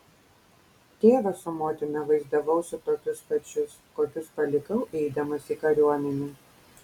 tėvą su motina vaizdavausi tokius pačius kokius palikau eidamas į kariuomenę